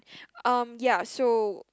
um ya so